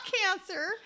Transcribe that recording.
cancer